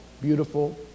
beautiful